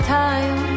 time